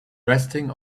resting